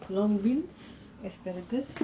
long beans asparagus